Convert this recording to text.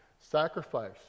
Sacrifice